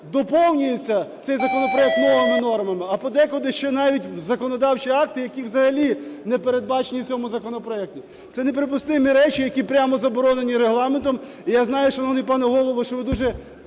доповнюється цей законопроект новими нормами, а подекуди ще навіть в законодавчі акти, які взагалі не передбачені в цьому законопроекті. Це неприпустимі речі, які прямо заборонені Регламентом. І я знаю, шановний пане Голово, що ви дуже